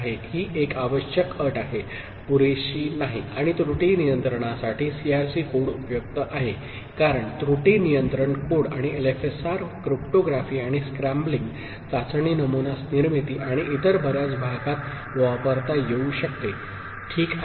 ही एक आवश्यक अट आहे पुरेशी नाही आणि त्रुटी नियंत्रणासाठी सीआरसी कोड उपयुक्त आहे कारण त्रुटी नियंत्रण कोड आणि एलएफएसआर क्रिप्टोग्राफी आणि स्क्रॅम्बलिंग चाचणी नमुना निर्मिती आणि इतर बर्याच भागात वापरता येऊ शकतोठीक आहे